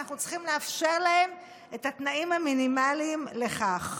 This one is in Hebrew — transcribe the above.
אנחנו צריכים לאפשר להם את התנאים המינימליים לכך.